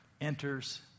enters